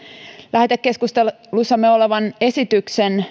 lähetekeskustelussamme olevan esityksen